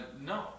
no